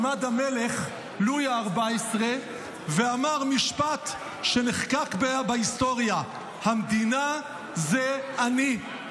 עמד המלך לואי ה-14 ואמר משפט שנחקק בהיסטוריה: "המדינה זה אני".